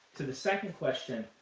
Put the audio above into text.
to the second question,